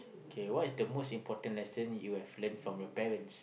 kay what is the most important lesson you have learnt from your parents